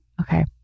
Okay